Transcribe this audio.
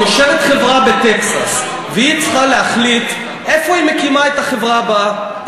יושבת חברה בטקסס והיא צריכה להחליט איפה היא מקימה את החברה הבאה,